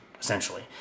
essentially